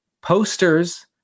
posters